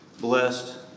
blessed